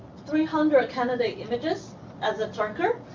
three hundred candidate images as a turker.